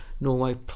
Norway++